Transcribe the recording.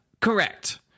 correct